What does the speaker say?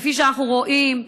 כפי שאנחנו רואים,